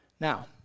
Now